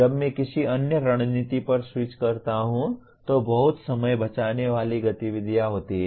जब मैं किसी अन्य रणनीति पर स्विच करता हूं तो बहुत समय बचाने वाली गतिविधि होती है